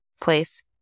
place